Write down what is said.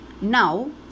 Now